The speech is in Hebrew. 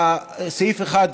על סעיף 1,